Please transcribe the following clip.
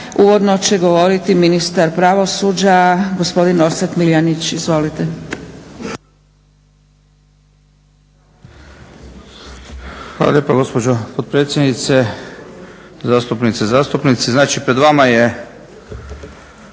uvodno će govoriti ministar pravosuđa gospodin Orsat Miljenić. Izvolite. **Miljenić, Orsat** Hvala lijepo gospođo potpredsjednice, zastupnice i zastupnici. Znači, pred vama je